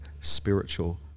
spiritual